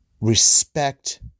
respect